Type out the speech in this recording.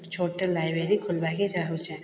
ଛୋଟ୍ଟେ library ଖୋଲ୍ବାକେ ଚାହୁଁଛେ